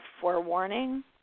forewarning